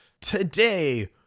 Today